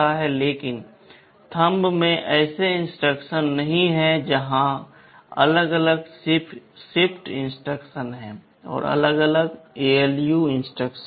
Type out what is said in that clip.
लेकिन थंब में ऐसे इंस्ट्रक्शन नहीं हैं यहाँ अलग अलग शिफ्ट इंस्ट्रक्शन हैं और अलग अलग ALU इंस्ट्रक्शन हैं